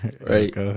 Right